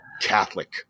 Catholic